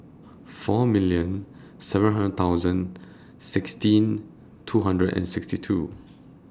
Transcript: four million seven hundred thousand sixteen two hundred and sixty two